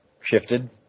shifted